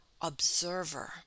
observer